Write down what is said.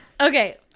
Okay